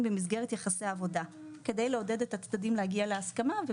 במסגרת יחסי העבודה כדי לעודד את הצדדים להגיע להסכמה.